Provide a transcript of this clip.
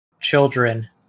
children